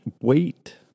wait